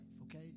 okay